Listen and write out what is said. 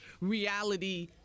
reality